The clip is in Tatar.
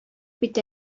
бит